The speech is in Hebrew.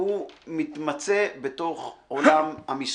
מתמצה בתוך עולם המיסוי,